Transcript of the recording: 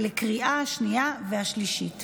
תוצאות ההצבעה הן שמונה בעד,